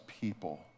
people